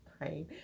right